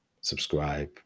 subscribe